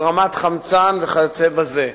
הזרמת חמצן וכיוצא בזה.